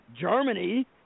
Germany